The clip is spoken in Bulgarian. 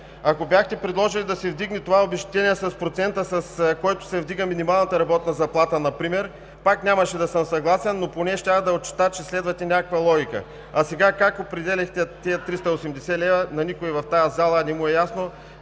Ако бяхте предложили да се вдигне това обезщетение с процента, с който се вдига минималната работна заплата например, пак нямаше да съм съгласен, но поне щях да отчета, че следвате някаква логика. А сега как определихте тези 380 лв., на никого в тази зала не му е ясно,